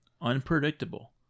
unpredictable